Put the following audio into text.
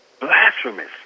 Blasphemous